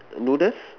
noodles